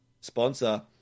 sponsor